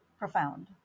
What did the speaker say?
profound